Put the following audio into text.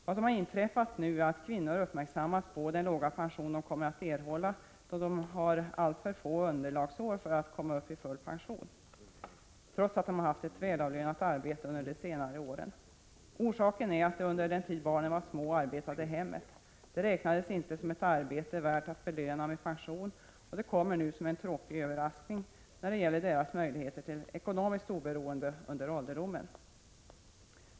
Vad som har inträffat nu är att kvinnor uppmärksammas på den låga pension de kommer att erhålla då de har alltför få underlagsår för att komma upp i full pension, trots att de haft ett välavlönat arbete under de senare åren. Orsaken är att de under den tid då barnen var små arbetade i hemmet. Det räknades inte som ett arbete värt att belöna med pension, och det kommer som en tråkig överraskning när det gäller deras möjlighet till ekonomiskt oberoende under ålderdomen.